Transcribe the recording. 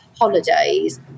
holidays